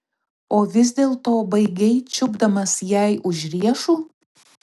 o vis dėlto baigei čiupdamas jai už riešų